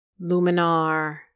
Luminar